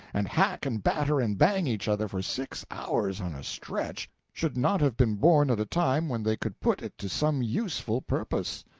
and hack and batter and bang each other for six hours on a stretch should not have been born at a time when they could put it to some useful purpose.